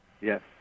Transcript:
Yes